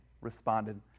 responded